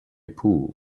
pool